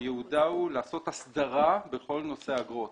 שייעודה הוא לעשות הסדרה בכל נושא האגרות.